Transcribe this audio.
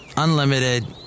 Unlimited